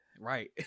Right